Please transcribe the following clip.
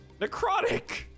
necrotic